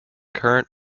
current